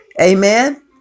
amen